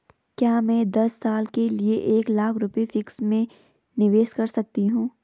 क्या मैं दस साल के लिए एक लाख रुपये फिक्स में निवेश कर सकती हूँ?